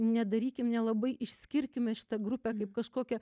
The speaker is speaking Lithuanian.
nedarykim nelabai išskirkime šitą grupę kaip kažkokią